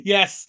Yes